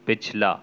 پچھلا